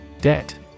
Debt